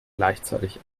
gleichzeitig